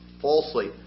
falsely